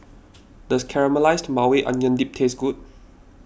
does Caramelized Maui Onion Dip taste good